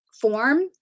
form